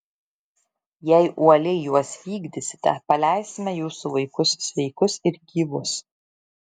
jei uoliai juos vykdysite paleisime jūsų vaikus sveikus ir gyvus